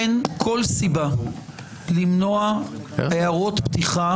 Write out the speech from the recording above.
אין כל סיבה למנוע הערות פתיחה